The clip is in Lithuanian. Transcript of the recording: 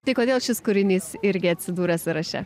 tai kodėl šis kūrinys irgi atsidūrė sąraše